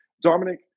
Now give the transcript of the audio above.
Dominic